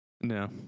No